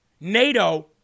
NATO